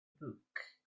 book